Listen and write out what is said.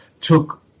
took